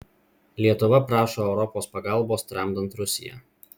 lietuva prašo europos pagalbos tramdant rusiją